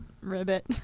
ribbit